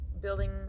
building